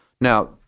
Now